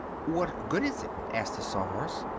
what good is it? asked the sawhorse.